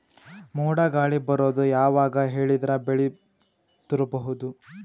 ಮೋಡ ಗಾಳಿ ಬರೋದು ಯಾವಾಗ ಹೇಳಿದರ ಬೆಳೆ ತುರಬಹುದು?